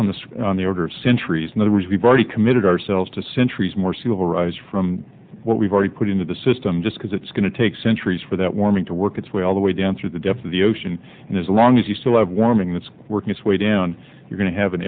on the on the order of centuries in the rich we've already committed ourselves to centuries more sea level rise from what we've already put into the system just because it's going to take centuries for that warming to work it's way all the way down through the depths of the ocean and as long as you still have warming that's working its way down you're going to have an